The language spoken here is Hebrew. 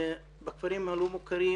בכפרים הלא מוכרים